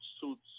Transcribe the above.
suits